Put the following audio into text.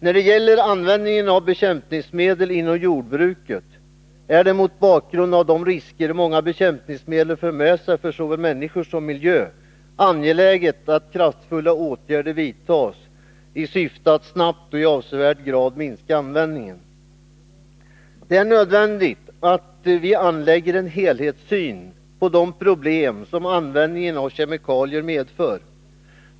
När det gäller användningen av bekämpningsmedel inom jordbruket är det mot bakgrund av de risker som många bekämpningsmedel för med sig för såväl människor som miljö angeläget att kraftfulla åtgärder vidtas i syfte att snabbt och i avsevärd grad minska användningen. Det är nödvändigt att vi anlägger en helhetssyn på de problem som användningen av kemikalier medför.